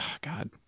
God